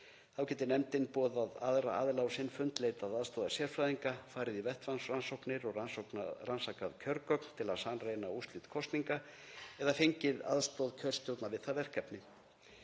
Þá geti nefndin boðað aðra aðila á sinn fund, leitað aðstoðar sérfræðinga, farið í vettvangsrannsóknir og rannsakað kjörgögn til að sannreyna úrslit kosninga eða fengið aðstoð kjörstjórnar við það verkefni.